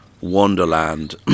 wonderland